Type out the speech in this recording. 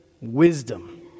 wisdom